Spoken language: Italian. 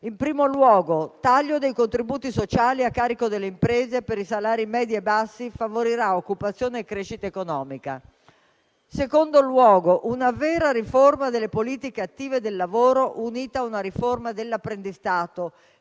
in primo luogo, taglio dei contributi sociali a carico delle imprese per i salari medi e bassi, che favorirà occupazione e crescita economica; in secondo luogo, una vera riforma delle politiche attive del lavoro unita a una riforma dell'apprendistato